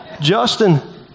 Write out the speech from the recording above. Justin